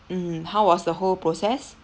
mm how was the whole process